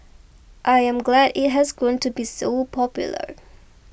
I am glad it has grown to be so popular